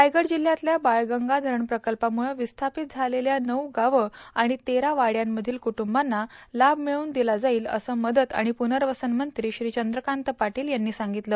रायगड जिल्हयातल्या बाळगंगा धरण प्रकल्पाम्रळं विस्थापित झालेल्या नऊ गावं आणि तेरा वाडयातल्या क्ट्रंबांना लाभ मिळवून दिला जाईल असं मदत आणि पूनर्वसन मंत्री श्री चंद्रकांत पाटील यांनी सांगितलं